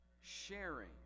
sharing